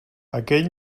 aquell